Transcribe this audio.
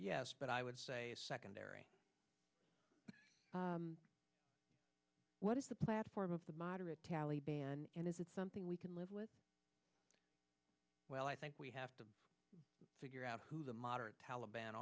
but i would say secondary what is the platform of the moderate taliban and is it something we can live with well i think we have to figure out who the moderate taliban